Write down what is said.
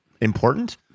important